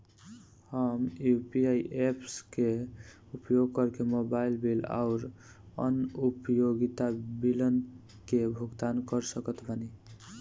हम UPI apps के उपयोग करके मोबाइल बिल आउर अन्य उपयोगिता बिलन के भुगतान कर सकत बानी